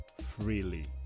freely